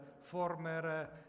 former